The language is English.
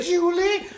Julie